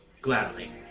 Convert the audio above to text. Gladly